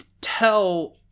tell